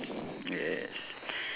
yes